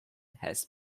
has